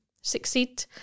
succeed